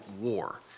war